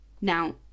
Now